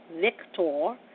Victor